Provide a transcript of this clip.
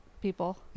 people